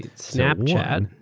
snapchat?